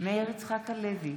מאיר יצחק הלוי,